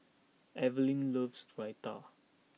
Evelyn loves Raita